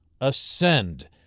ascend